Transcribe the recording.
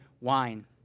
wine